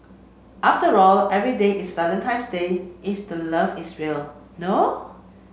after all every day is Valentine's Day if the love is real no